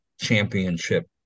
championship